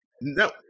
no